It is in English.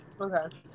Okay